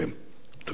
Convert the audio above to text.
תודה רבה לך,